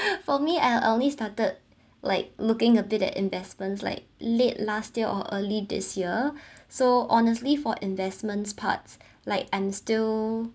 for me I only started like looking a bit at investments like late last year or early this year so honestly for investments parts like I'm still